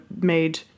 made